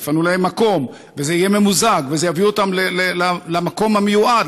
יפנו להם מקום וזה יהיה ממוזג וזה יביא אותם למקום המיועד,